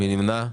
מי נמנע?